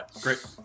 Great